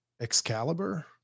Excalibur